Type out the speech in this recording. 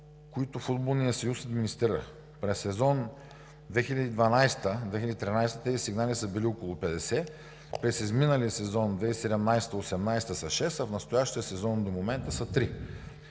които Футболният съюз администрира. През сезон 2012 – 2013 г. тези сигнали са били около 50, през изминалия сезон 2017 – 2018 г. са шест, а в настоящия сезон до момента са